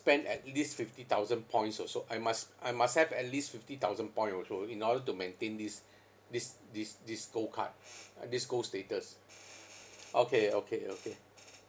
spend at least fifty thousand points also I must I must have at least fifty thousand point also in order to maintain this this this this gold card uh this gold status okay okay okay